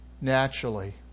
naturally